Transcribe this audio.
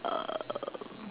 um